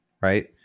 right